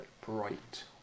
bright